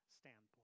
standpoint